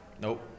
Nope